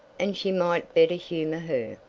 and she might better humor her.